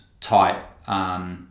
tight